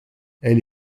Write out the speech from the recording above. elle